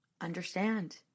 understand